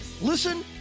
listen